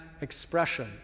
expression